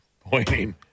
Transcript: Pointing